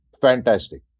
Fantastic